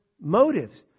motives